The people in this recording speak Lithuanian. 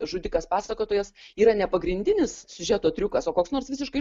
žudikas pasakotojas yra ne pagrindinis siužeto triukas o koks nors visiškai